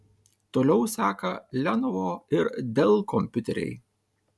toliau seka lenovo ir dell kompiuteriai